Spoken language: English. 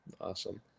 Awesome